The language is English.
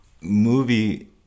movie